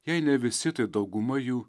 jei ne visi tai dauguma jų